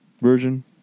version